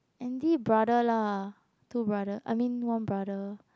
anti brother lah two brother I mean one brother